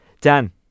Dan